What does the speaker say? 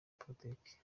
politiki